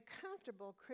comfortable